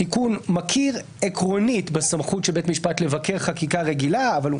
התיקון מכיר עקרונית בסמכות של בית משפט לבקר חקיקה רגילה אבל הוא